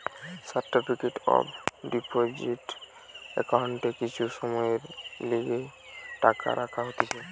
certificate of deposit একাউন্টে কিছু সময়ের লিগে টাকা রাখা হতিছে